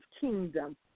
kingdom